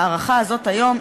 ההארכה הזאת היום,